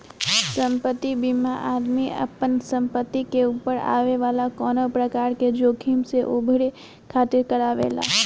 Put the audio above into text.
संपत्ति बीमा आदमी आपना संपत्ति के ऊपर आवे वाला कवनो प्रकार के जोखिम से उभरे खातिर करावेला